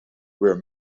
were